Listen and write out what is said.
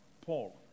Paul